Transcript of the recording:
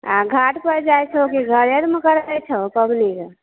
आ घाट पर जाइ छहो कि घरे आरमे करै छहो पाबनिके